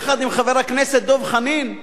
יחד עם חבר הכנסת דב חנין,